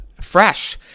fresh